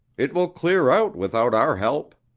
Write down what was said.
it will clear out without our help.